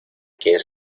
quién